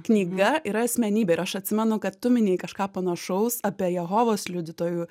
knyga yra asmenybė ir aš atsimenu kad tu minėjai kažką panašaus apie jehovos liudytojų